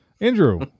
Andrew